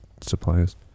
suppliers